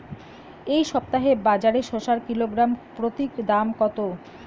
এই সপ্তাহে বাজারে শসার কিলোগ্রাম প্রতি দাম কত?